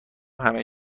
همه